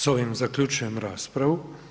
S ovim zaključujem raspravu.